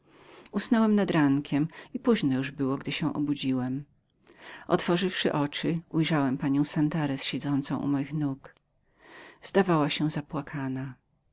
usnąłem nad rankiem i późno już było gdy się obudziłem otworzywszy oczy ujrzałem panią santarez siedzącą u nóg moich zdawała się zapłakaną